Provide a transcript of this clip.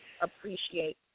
appreciate